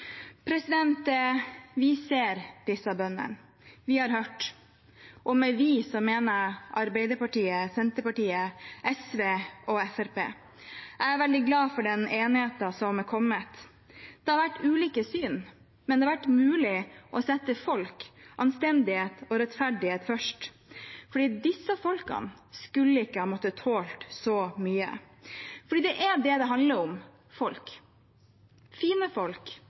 Vi ser disse bøndene. Vi har hørt. Med «vi» mener jeg Arbeiderpartiet, Senterpartiet, SV og Fremskrittspartiet. Jeg er veldig glad for den enigheten som er kommet. Det har vært ulike syn, men det har vært mulig å sette folk, anstendighet og rettferdighet først, for disse folkene skulle ikke ha måttet tåle så mye. For det er det det handler om: folk – fine folk,